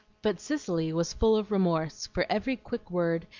but cicely was full of remorse for every quick word,